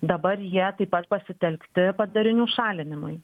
dabar jie taip pat pasitelkti padarinių šalinimui